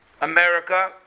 America